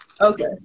Okay